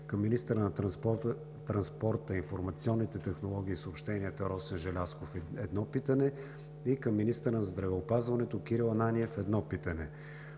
към министъра на транспорта, информационните технологии и съобщенията Росен Желязков – едно питане; и към министъра на здравеопазването Кирил Ананиев – едно питане.